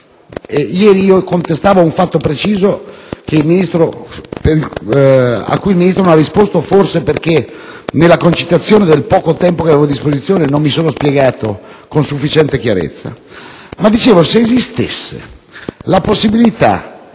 Ieri contestavo un fatto preciso a cui il Ministro non ha risposto, forse perché nella concitazione del poco tempo che avevamo a disposizione non mi sono riuscito a spiegare con sufficiente chiarezza. Come dicevo, se esistesse la possibilità